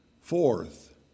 Fourth